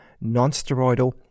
non-steroidal